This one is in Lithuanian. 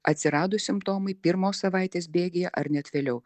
atsiradus simptomui pirmos savaitės bėgyje ar net vėliau